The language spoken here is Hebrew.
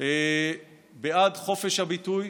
בעד חופש הביטוי,